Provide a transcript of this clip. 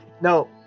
no